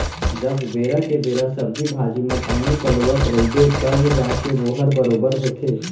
जब बेरा के बेरा सब्जी भाजी म पानी पलोवत रइबे तव जाके वोहर बरोबर होथे